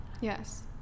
Yes